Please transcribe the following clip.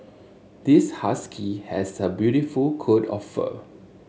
this husky has a beautiful coat of fur